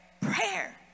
prayer